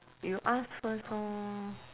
you ask first orh